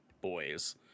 boys